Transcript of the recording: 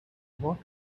what